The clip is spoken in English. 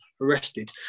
arrested